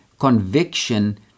conviction